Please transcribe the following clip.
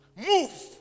Move